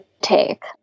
take